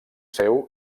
seu